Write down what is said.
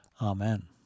Amen